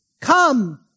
Come